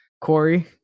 Corey